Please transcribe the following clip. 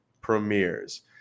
premieres